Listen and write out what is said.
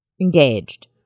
Engaged